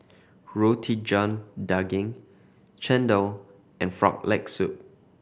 Roti John Daging chendol and Frog Leg Soup